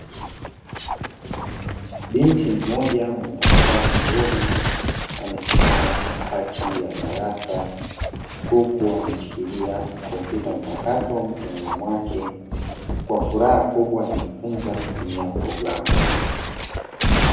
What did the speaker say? Binti mmoja mwenye tabasamu zuri, amesimama katikati ya darasa, huku ameshikilia kompyuta mpakato mkononi mwake, kwa furaha kubwa anajifunza kutumia programu.